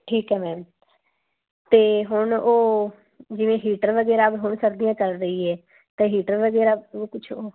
ਠੀਕ ਐ ਮੈਮ ਤੇ ਹੁਣ ਉਹ ਜਿਵੇਂ ਹੀਟਰ ਵਗੈਰਾ ਹੋ ਸਕਦੀ ਐ ਚੱਲ ਰਹੀ ਐ ਤੇ ਹੀਟਰ ਵਗੈਰਾ ਕੁਛ ਉਹ